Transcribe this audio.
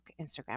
Instagram